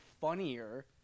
funnier